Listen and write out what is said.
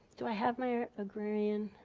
do i have my agrarian?